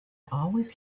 always